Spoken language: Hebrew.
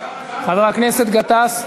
חבר הכנסת גטאס.